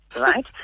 right